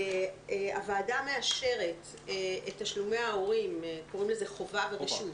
הוועדה מאשרת את תשלומי ההורים קוראים לזה חובה ורשות.